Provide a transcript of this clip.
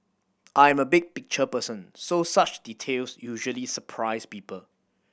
I am a big picture person so such details usually surprise people